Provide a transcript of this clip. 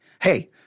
Hey